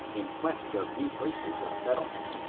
in quest of new places of settlement.